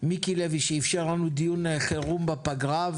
מיקי לוי, שאפשר לנו דיון חירום בפגרה.